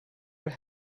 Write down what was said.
what